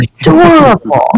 adorable